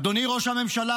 אדוני ראש הממשלה,